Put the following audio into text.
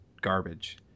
garbage